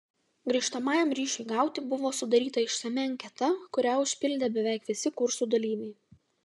grįžtamajam ryšiui gauti buvo sudaryta išsami anketa kurią užpildė beveik visi kursų dalyviai